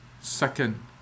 Second